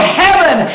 heaven